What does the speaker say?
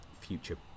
future